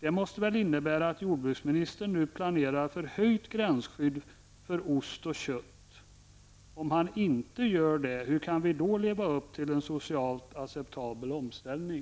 Det måste väl innebära att jordbruksministern ju planerar för höjt gränsskydd för ost och kött. Om han inte gör det, hur kan vi då leva upp till en socialt acceptabel omställning?